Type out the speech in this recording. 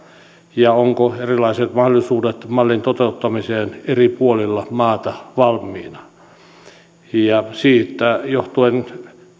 ja ovatko erilaiset mahdollisuudet mallin toteuttamiseen eri puolilla maata valmiina tästä johtuen